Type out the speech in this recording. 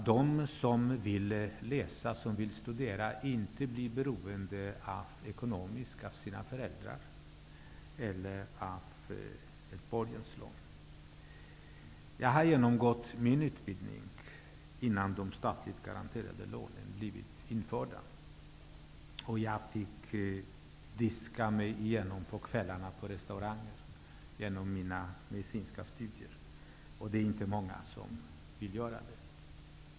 De som vill studera behöver inte bli ekonomiskt beroende av sina föräldrar eller av ett borgenslån. Jag genomgick min utbildning innan de statligt garanterade lånen infördes, och jag fick på kvällarna på restauranger diska mig genom mina medicinska studier. Det är inte många som vill göra det.